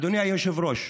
אדוני היושב-ראש,